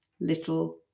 little